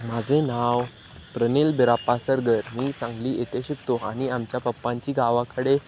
माझे नाव प्रनिल बिराप्पा सरगर मी सांगली येथे शिकतो आणि आमच्या पप्पांची गावाकडे